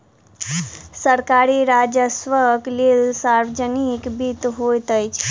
सरकारी राजस्वक लेल सार्वजनिक वित्त होइत अछि